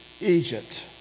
Egypt